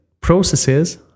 processes